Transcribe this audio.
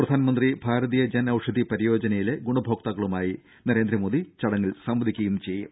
പ്രധാൻമന്ത്രി ഭാരതീയ ജൻ ഔഷധി പരിയോജന യിലെ ഗുണഭോക്താക്കളുമായി നരേന്ദ്രമോദി ചടങ്ങിൽ സംവദിക്കുകയും ചെയ്യും